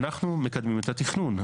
מקדמים את התכנון,